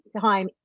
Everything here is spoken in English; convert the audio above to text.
time